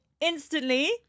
instantly